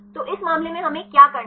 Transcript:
तो इस मामले में हमें क्या करना है